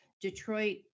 Detroit